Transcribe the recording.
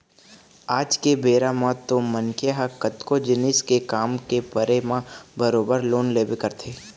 आज के बेरा म तो मनखे ह कतको जिनिस के काम के परे म बरोबर लोन लेबे करथे